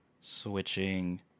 switching